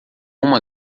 uma